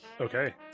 okay